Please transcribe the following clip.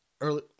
early